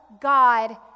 God